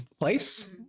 place